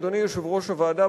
אדוני יושב-ראש הוועדה,